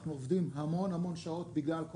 אנחנו עובדים המון המון שעות בגלל כל